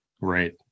Right